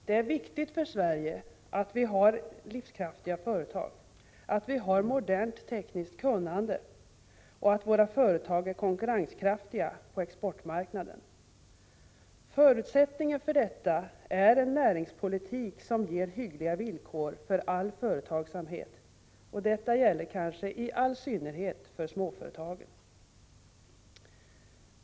Det är viktigt för Sverige att vi har livskraftiga företag, att vi har modernt tekniskt kunnande och att våra företag är konkurrenskraftiga på export marknaden. Förutsättningen för detta är att vi har en näringspolitik som ger hyggliga villkor för all företagsamhet. I all synnerhet gäller detta kanske småföretagen.